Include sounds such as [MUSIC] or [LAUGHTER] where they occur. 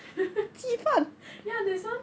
[LAUGHS] ya there's one